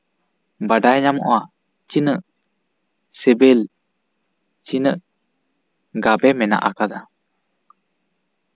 ᱵᱟᱰᱟᱭ ᱧᱟᱢᱚᱜᱼᱟ ᱛᱤᱱᱟᱹᱜ ᱥᱤᱵᱤᱞ ᱛᱤᱱᱟᱹᱜ ᱜᱟᱵᱮ ᱢᱮᱱᱟᱜ ᱟᱠᱟᱫᱟ